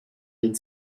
den